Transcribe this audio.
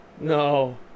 No